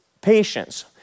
patience